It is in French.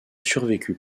survécut